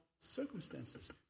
circumstances